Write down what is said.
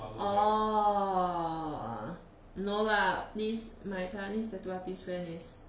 orh no lah please my taiwanese tattoo artist friend is